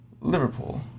Liverpool